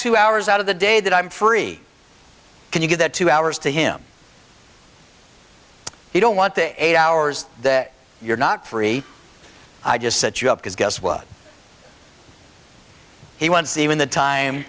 two hours out of the day that i'm free can you give that two hours to him you don't want the eight hours day you're not free i just set you up because guess what he wants even the time